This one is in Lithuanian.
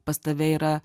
pas tave yra